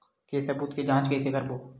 के सबूत के जांच कइसे करबो?